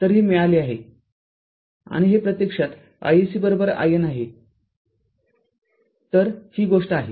तरहे मिळाले आहे आणि हे प्रत्यक्षात iSC IN आहे तर ही गोष्ट आहे